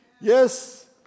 Yes